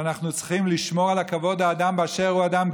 שאנחנו צריכים לשמור על כבוד האדם באשר הוא אדם,